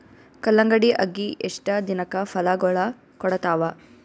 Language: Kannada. ಕಲ್ಲಂಗಡಿ ಅಗಿ ಎಷ್ಟ ದಿನಕ ಫಲಾಗೋಳ ಕೊಡತಾವ?